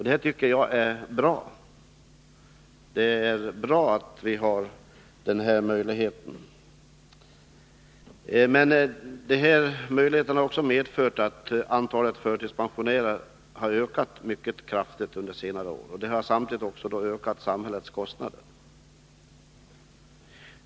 Det tycker jag är bra — det är bra att vi har den här möjligheten. Men dessa möjligheter har också medfört att antalet förtidspensionärer har ökat mycket kraftigt under senare år. Det har då samtidigt ökat samhällets kostnader.